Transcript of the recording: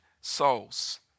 souls